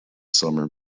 summer